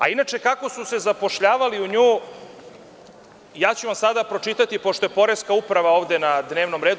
A inače, kako su se zapošljavali u nju, ja ću vam sada pročitati, pošto je poreska uprava sada na dnevnom redu.